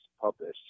published